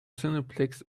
cineplex